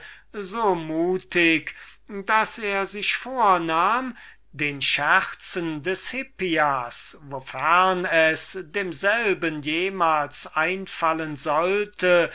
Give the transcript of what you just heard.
so mutig daß er sich vornahm den scherzen des hippias wofern es demselben je einfallen sollte